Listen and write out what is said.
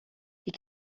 die